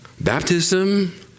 Baptism